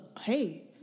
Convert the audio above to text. Hey